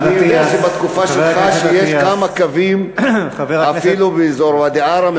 אני יודע שבתקופה שלך, חבר הכנסת אטיאס.